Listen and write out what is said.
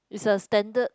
is a standard